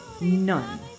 none